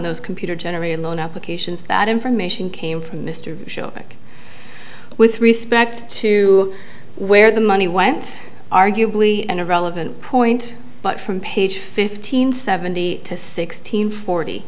those computer generated loan applications that information came from mr show like with respect to where the money went arguably an irrelevant point but from page fifteen seventy to sixteen forty